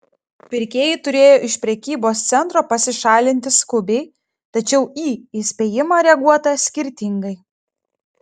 pirkėjai turėjo iš prekybos centro pasišalinti skubiai tačiau į įspėjimą reaguota skirtingai